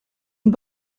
and